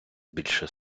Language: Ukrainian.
більше